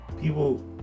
people